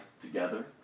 together